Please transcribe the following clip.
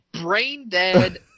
brain-dead